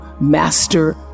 master